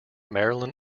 marilyn